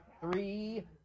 Three